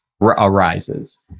arises